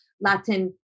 Latin